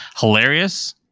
hilarious